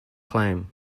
claim